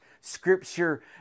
Scripture